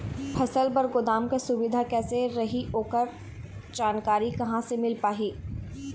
फसल बर गोदाम के सुविधा कैसे रही ओकर जानकारी कहा से मिल पाही?